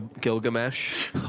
Gilgamesh